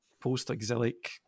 post-exilic